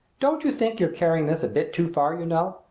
don't you think you're carrying this a bit too far, you know?